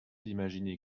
imaginer